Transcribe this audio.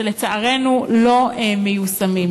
שלצערנו לא מיושמים.